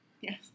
Yes